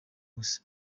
gusa